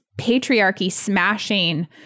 patriarchy-smashing